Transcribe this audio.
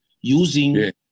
using